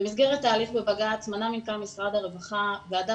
במסגרת תהליך בבג"צ מונתה מטעם משרד הרווחה ועדה